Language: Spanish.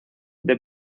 the